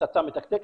פצצה מתקתקת.